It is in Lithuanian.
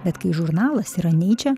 bet kai žurnalas yra niche